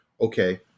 okay